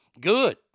Good